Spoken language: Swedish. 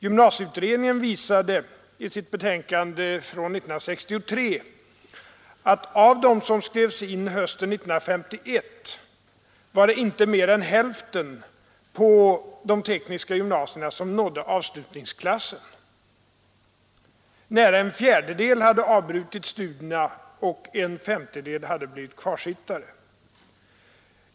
Gymnasieutredningen visade i sitt betänkande från 1963 att av dem som skrevs in hösten 1951 var det inte mindre än hälften på de tekniska gymnasierna som nådde avslutningsklassen. Nära en fjärdedel hade avbrutit studierna och en femtedel hade blivit kvarsittare.